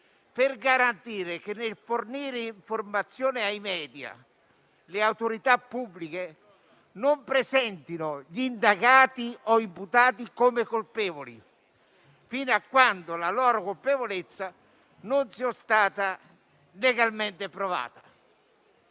per garantire che, nel fornire informazioni ai *media*, le autorità pubbliche non presentino gli indagati o gli imputati come colpevoli fino a quando la loro colpevolezza non sia stata legalmente provata,